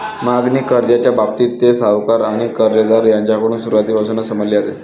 मागणी कर्जाच्या बाबतीत, ते सावकार आणि कर्जदार यांच्याकडून सुरुवातीपासूनच समजले जाते